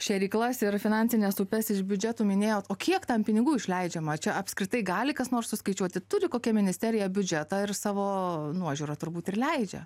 šėryklas ir finansines upes iš biudžeto minėjot o kiek tam pinigų išleidžiama ar čia apskritai gali kas nors suskaičiuoti turi kokia ministerija biudžetą ir savo nuožiūra turbūt ir leidžia